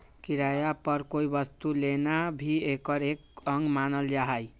किराया पर कोई वस्तु के लेना भी एकर एक अंग मानल जाहई